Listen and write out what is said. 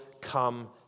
come